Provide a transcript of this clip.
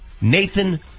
Nathan